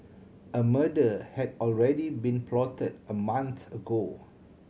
a murder had already been plotted a month ago